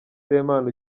semana